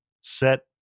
set